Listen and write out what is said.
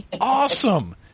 awesome